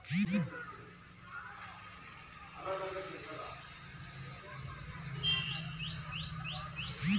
ಯಾವುದೇ ಬೆಳೆ ಬೆಳೆದಾಗ ಬೆಳೆ ಜೊತೆ ಕಳೆಯೂ ಬಂದೆ ಬರುತ್ತೆ